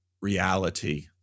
reality